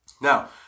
Now